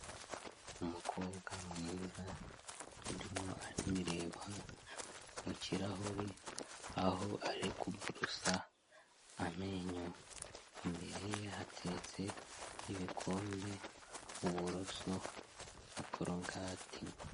Umukobwa mwiza urimo arireba mu kirahuri aho ari kuborosa amenyo, imbere ye hateretse ibikombe, uburoso na korogati.